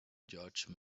judge